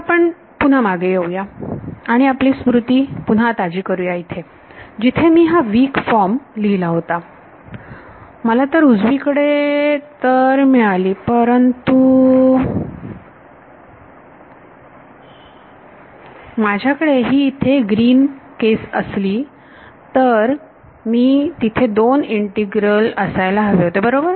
आता आपण पुन्हा मागे जाऊ या आणि आपली स्मृती पुन्हा ताजी करूया इथे जिथे मी हा वीक फॉर्म लिहिला होता मला एक उजवीकडे तर मिळाली परंतु माझ्याकडे ही इथे ग्रीन केस असली असती तर तिथे दोन इंटिग्रल असायला हवे होते बरोबर